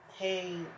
hey